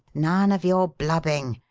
none of your blubbing!